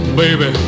baby